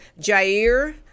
Jair